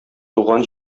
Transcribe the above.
туган